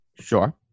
sure